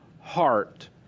heart